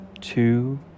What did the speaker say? two